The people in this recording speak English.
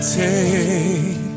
take